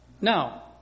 Now